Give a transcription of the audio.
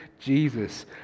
Jesus